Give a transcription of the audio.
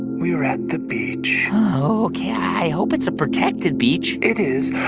we're at the beach oh, ok. i hope it's a protected beach it is.